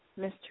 Mr